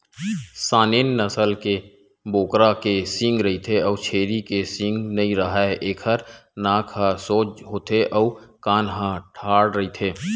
Saanen नसल के बोकरा के सींग रहिथे अउ छेरी के सींग नइ राहय, एखर नाक ह सोज होथे अउ कान ह ठाड़ रहिथे